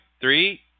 Three